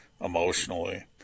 emotionally